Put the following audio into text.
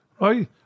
right